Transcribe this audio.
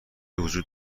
وجود